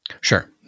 Sure